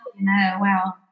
wow